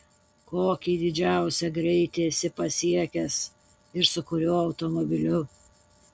kokį didžiausią greitį esi pasiekęs ir su kuriuo automobiliu